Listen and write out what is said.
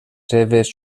seves